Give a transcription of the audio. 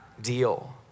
deal